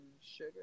sugar